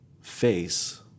face